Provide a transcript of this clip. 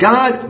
God